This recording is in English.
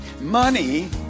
money